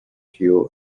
queue